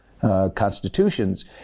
constitutions